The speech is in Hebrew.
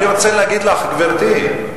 אני רוצה להגיד לך, גברתי,